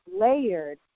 layered